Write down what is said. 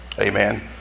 Amen